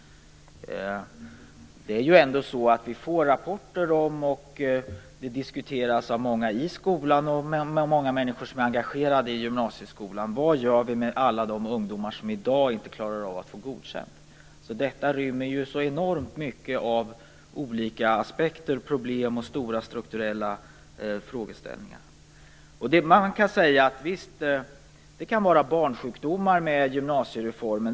Det finns en fråga som vi får rapporter om, som diskuteras av många i skolan och av många människor som är engagerade i gymnasieskolan: Vad gör vi med alla de ungdomar som i dag inte klarar av att få godkänt? Detta rymmer ju enormt mycket av olika aspekter, problem och stora strukturella frågeställningar. Visst kan man säga att det kan vara barnsjukdomar i gymnasiereformen.